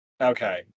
okay